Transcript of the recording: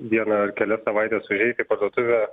vieną ar kelias savaites užeiti į parduotuvę